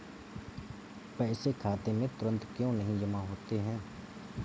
पैसे खाते में तुरंत क्यो नहीं जमा होते हैं?